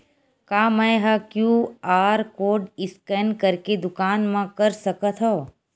का मैं ह क्यू.आर कोड स्कैन करके दुकान मा कर सकथव?